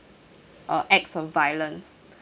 uh acts of violence